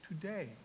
today